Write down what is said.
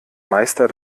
meister